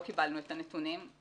לא קיבלנו את הנתונים,